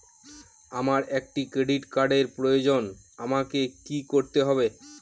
আমার একটি ক্রেডিট কার্ডের প্রয়োজন আমাকে কি করতে হবে?